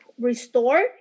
restore